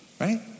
right